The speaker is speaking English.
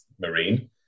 marine